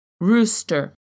Rooster